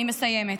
אני מסיימת.